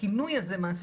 הכינוי הזה מעסיק,